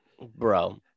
bro